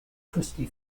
christy